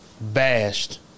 bashed